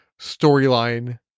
storyline